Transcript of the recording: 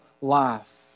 life